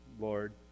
Lord